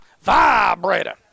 Vibrator